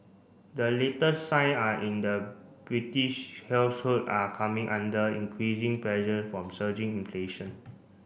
the latest sign are in the British household are coming under increasing pressure from surging inflation